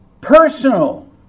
personal